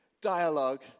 dialogue